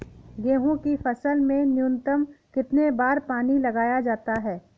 गेहूँ की फसल में न्यूनतम कितने बार पानी लगाया जाता है?